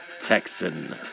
Texan